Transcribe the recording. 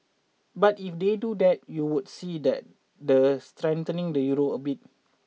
but if they do that you would see that the strengthen the Euro a bit